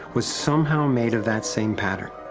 was somehow made of that same pattern.